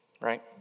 right